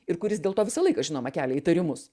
ir kuris dėl to visą laiką žinoma kelia įtarimus